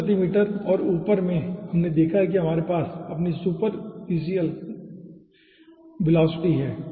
pascal प्रति metre और ऊपर में हमने देखा कि आपके पास अपनी सुपरफिशियल गैस वेलोसिटी हैं ठीक है